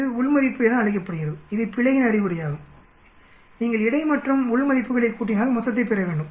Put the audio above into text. இது உள் மதிப்பு என அழைக்கப்படுகிறது இது பிழையின் அறிகுறியாகும் நீங்கள் இடை மற்றும் உள் மதிப்புகளைக் கூட்டினால் மொத்தத்தைப் பெற வேண்டும்